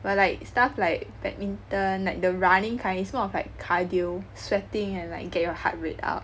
but like stuff like badminton like the running kind it's more of like cardio sweating and like get your heart rate up